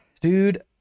dude